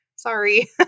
Sorry